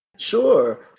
Sure